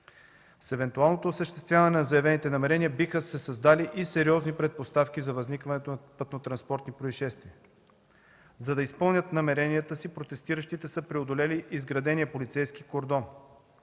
С евентуалното осъществяване на заявените намерения биха се създали и сериозни предпоставки за възникването на пътнотранспортни произшествия. За да изпълнят намеренията си, протестиращите са преодолели изградения полицейски кордон.